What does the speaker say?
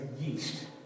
yeast